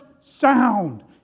sound